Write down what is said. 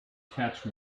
catch